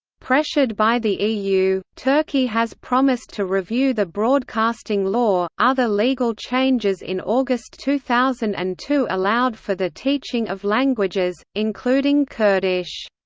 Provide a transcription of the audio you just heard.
pressured by the eu, turkey has promised to review the broadcasting law other legal changes in august two thousand and two allowed for the teaching of languages, including kurdish.